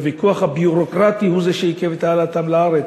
הוויכוח הביורוקרטי הוא זה שעיכב את העלאתם לארץ,